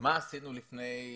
מה עשינו לפני שנתיים?